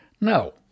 No